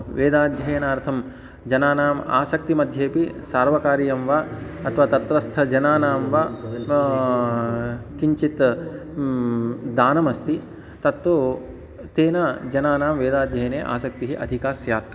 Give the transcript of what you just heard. वेदाध्ययनार्थं जनानाम् आसक्तिमध्येऽपि सर्वकारीयं वा अथवा तत्त्वस्थजनानां वा किञ्चित् दानमस्ति तत्तु तेन जनानां वेदाध्ययने आसक्तिः अधिका स्यात्